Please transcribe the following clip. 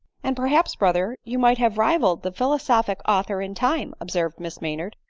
and perhaps, brother, you might have rivalled the philosophic author in time, observed miss maynard.